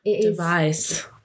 device